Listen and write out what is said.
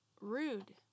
rude